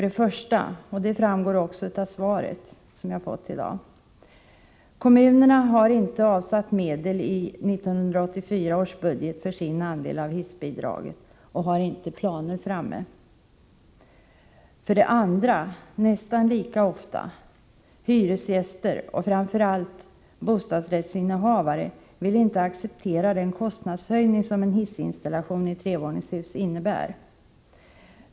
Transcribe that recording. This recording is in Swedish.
Det första skälet — som också framgår av svaret som jag har fått i dag — är att kommunerna inte har avsatt medel i 1984 års budget för sin andel av hissbidraget och inte har planer framme. Det andra och nästan lika vanliga skälet är att hyresgäster och framför allt bostadsrättsinnehavare inte vill acceptera den kostnadshöjning som en hissinstallation i ett trevåningshus innebär.